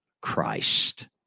Christ